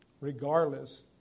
regardless